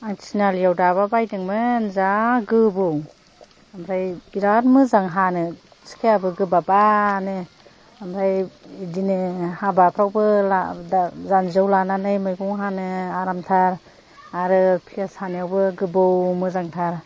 आं थिनालिआव दाबा बायदोंमोन जा गोबौ ओमफ्राय बिराद मोजां हानो सिखायाबो गोबा बानो ओमफ्राय बिदिनो हाबाफ्रावबो जान्जियाव लानानै मैगं हानो आरामथार आरो फियास हानायावबो गोबौ मोजांथार